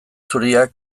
zuriak